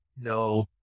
no